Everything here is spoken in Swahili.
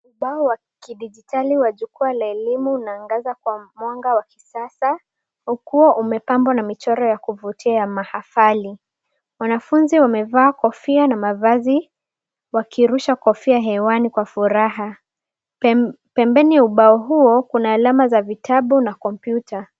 Ubao wa kidijitali wa jukwaa la elimu unaangaza kwa mwanga wa kisasa ukiwa umepambwa na michoro ya kuvutia ya mahafali. Wanafunzi wamevaa kofia na mavazi wakirusha kofia hewani kwa furaha. Pembeni ya ubao huo, kuna alama za vitabu na kompyuta.